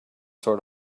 sort